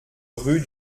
rue